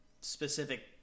specific